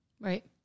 Right